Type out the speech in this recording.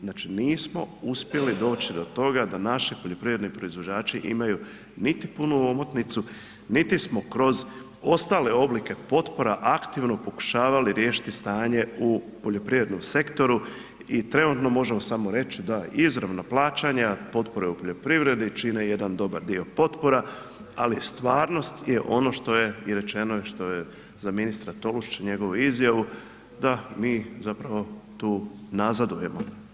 Znači nismo uspjeli doći do toga da naši poljoprivredni proizvođači imaju niti punu omotnicu, niti smo kroz ostale oblike potpora aktivno pokušavali riješiti stanje u poljoprivrednom sektoru i trenutno možemo samo reći da izravno plaćanja potpore u poljoprivredi čine jedan dobar dio potpora ali stvarnost je ono što je i rečeno i što je za ministra Tolušića i njegovu izjavu da mi zapravo tu nazadujemo.